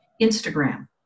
Instagram